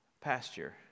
pasture